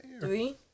Three